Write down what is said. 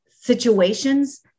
situations